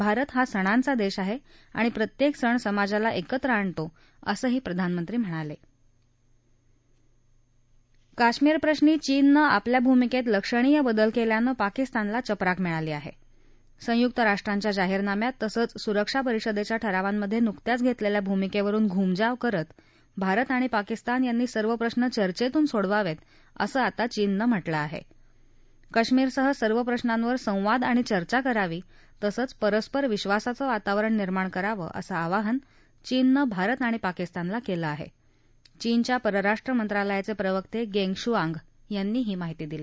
भारत हा सणांचा दक्षी आहा आणि प्रत्यक्त सण समाजाला एकत्र आणतो असं प्रधानमंत्री म्हणाल कश्मीरप्रश्री चीननं आपल्या भूमिक्ती लक्षणीय बदल कल्यानं पाकिस्तानला चपराक मिळाली आहा अंयुक्त राष्ट्रांचा जाहीरनामा तसंच सुरक्षा परिषदच्या ठरावांचा दाखला काढण्याच्या नुकत्याच घत्तलेखी भूमिक्व्रिल घूमजाव करत भारत आणि पाकिस्तान यांनी सर्व प्रश्न परस्पर चर्चेतून सोडवावती असं आता चीननं म्हटलं आह केश्मीरसह सर्व प्रश्नावर संवाद आणि चर्चा करावी तसंच परस्पर विधासाचं वातावरण निर्माण करावं असं आवाहन चीननं भारत आणि पाकिस्तानला कलि आहा झीनच्या परराष्ट्र मंत्रालयाच प्रिवर्त धेंग शुआंग यांनी ही माहिती दिली